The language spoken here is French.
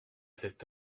cet